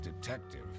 detective